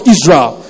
Israel